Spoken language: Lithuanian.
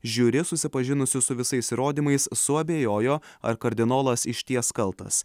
žiuri susipažinusių su visais įrodymais suabejojo ar kardinolas išties kaltas